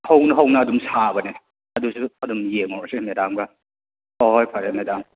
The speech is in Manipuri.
ꯍꯧꯅ ꯍꯧꯅ ꯑꯗꯨꯝ ꯁꯥꯕꯅꯦ ꯑꯗꯨꯁꯨ ꯑꯗꯨꯝ ꯌꯦꯡꯉꯨꯔꯁꯤ ꯃꯦꯗꯥꯝꯒ ꯍꯣ ꯍꯣꯏ ꯐꯔꯦ ꯃꯦꯗꯥꯝ